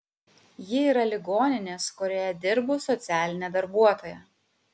ji yra ligoninės kurioje dirbu socialinė darbuotoja